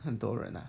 很多人 ah